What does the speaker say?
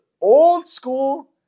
old-school